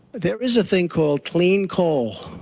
there is a thing called clean coal.